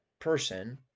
person